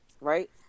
Right